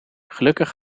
gelukkig